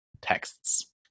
texts